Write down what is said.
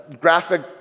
graphic